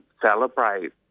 celebrate